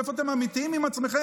איפה אתם אמיתיים עם עצמכם?